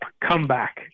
comeback